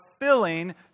filling